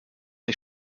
ich